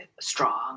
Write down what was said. strong